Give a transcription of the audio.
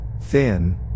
thin